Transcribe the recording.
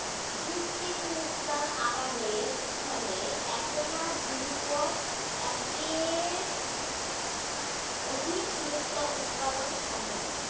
কৃত্রিম মুক্তা আবাদের ফলে এ্যাকনা ঝিনুকোত এ্যাকের অধিক মুক্তা উৎপাদন সম্ভব